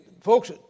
folks